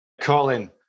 Colin